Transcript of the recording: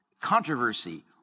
controversy